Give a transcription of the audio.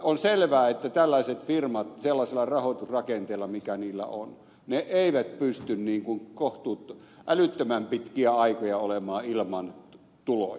on selvää että tällaiset firmat sellaisella rahoitusrakenteella mikä niillä on eivät pysty älyttömän pitkiä aikoja olemaan ilman tuloja